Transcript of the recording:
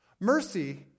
Mercy